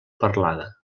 parlada